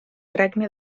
regne